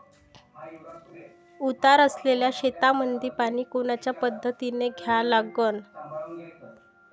उतार असलेल्या शेतामंदी पानी कोनच्या पद्धतीने द्या लागन?